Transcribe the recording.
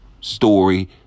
story